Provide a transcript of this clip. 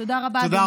תודה רבה, אדוני.